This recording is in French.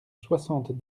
soixante